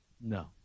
No